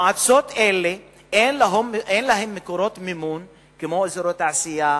למועצות האלה אין מקורות מימון כמו אזורי תעשייה,